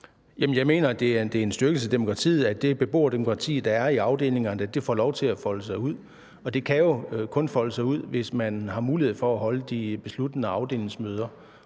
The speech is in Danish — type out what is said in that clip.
Jeg mener, det er en styrkelse af demokratiet, at det beboerdemokrati, der er i afdelingerne, får lov til at folde sig ud, og det kan jo kun folde sig ud, hvis man har mulighed for at holde de besluttende afdelingsmøder,